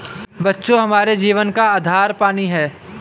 बच्चों हमारे जीवन का आधार ही पानी हैं